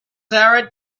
sahara